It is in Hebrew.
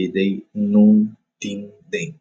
בידי נו דין דיים,